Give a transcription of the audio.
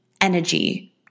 energy